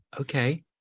Okay